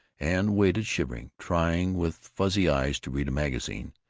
and waited, shivering, trying with fuzzy eyes to read a magazine,